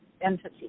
entity